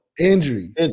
Injury